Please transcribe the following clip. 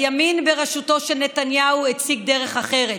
הימין בראשותו של נתניהו הציג דרך אחרת,